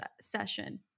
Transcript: session